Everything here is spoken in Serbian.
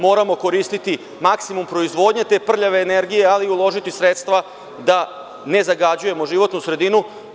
Moramo koristiti maksimum proizvodnje te prljave energije, ali i uložiti sredstva da ne zagađujemo životnu sredinu.